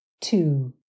Two